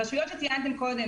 רשויות שציינתם קודם,